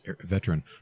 veteran